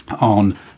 on